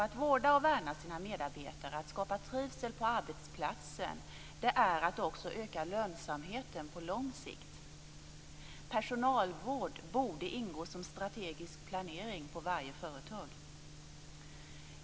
Att vårda och värna sina medarbetare och att skapa trivsel på arbetsplatsen, det är att också öka lönsamheten på lång sikt. Personalvård borde ingå som strategisk planering på varje företag.